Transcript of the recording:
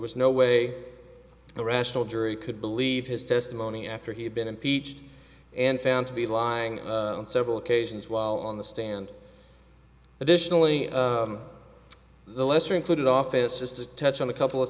was no way a rational jury could believe his testimony after he had been impeached and found to be lying on several occasions while on the stand additionally the lesser included office just to touch on a couple of